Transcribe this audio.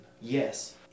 Yes